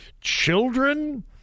children